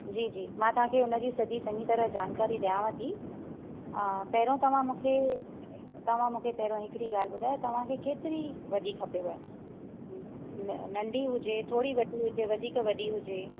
जी जी मां तव्हां खे हुन जी सॼी चङी तरह जानकारी ॾियांव थी आ पहिरों तव्हां मूंखे तव्हां मूंखे पहिरों हिकिड़ी ॻाल्हि ॿुधायो तव्हांखे केतिरी वॾी खपेव न न नंढी हुजे थोरी वॾी हुजे वधीक वॾी हुजे